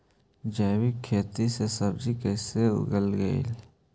जैविक खेती में सब्जी कैसे उगइअई?